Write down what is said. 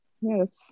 yes